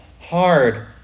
hard